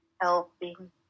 helping